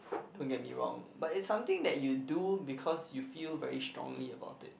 don't get me wrong but it's something that you do because you feel very strongly about it